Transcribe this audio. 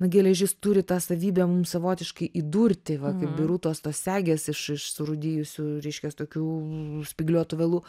geležis turi tą savybę mums savotiškai įdurti va kaip birutos tos segės iš iš surūdijusių reiškias tokių spygliuotų vielų